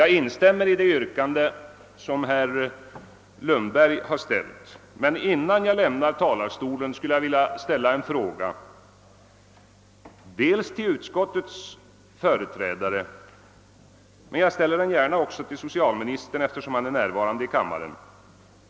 Jag instämmer i det yrkande som herr Lundberg har framställt, men ininnan jag lämnar talarstolen skulle jag vilja rikta en fråga dels till utskottet företrädare, dels gärna också till: socialministern, eftersom han är närvarande i kammaren.